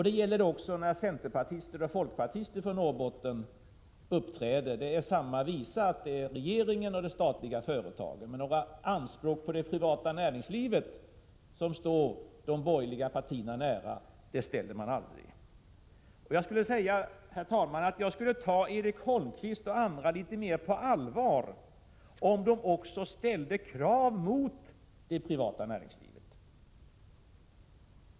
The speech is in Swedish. Det gäller också när centerpartister och folkpartister från Norrbotten uppträder. Hela tiden är det samma visa: det är regeringen och de statliga företagen som skall göra något. Man har aldrig några anspråk på det privata näringslivet, som står de borgerliga partierna nära. Jag skulle ta Erik Holmkvist och andra litet mer på allvar om de också ställde krav på det privata näringslivet.